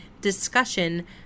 discussion